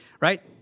right